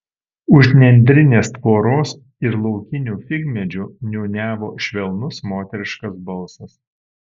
už nendrinės tvoros ir laukinių figmedžių niūniavo švelnus moteriškas balsas